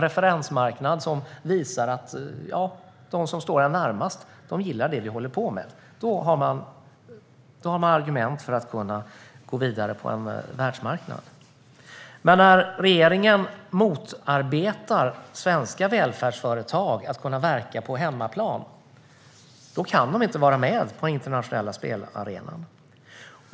Referensmarknaden visar att de som står närmast gillar det man håller på med. Då har man argument för att gå vidare på en världsmarknad. Men när regeringen motarbetar svenska välfärdsföretag att verka på hemmaplan kan de inte vara med på den internationella spelarenan.